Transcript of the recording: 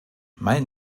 mein